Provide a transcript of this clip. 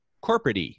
corporate